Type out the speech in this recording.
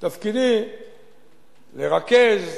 תפקידי לרכז,